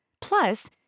Plus